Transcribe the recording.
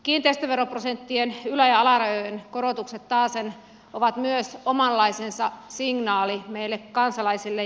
kiinteistöveroprosenttien ylä ja alarajojen korotukset taasen ovat myös omanlaisensa signaali meille kansalaisille